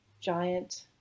giant